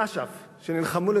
פוגש מ"פים ומג"דים של אש"ף שנלחמו,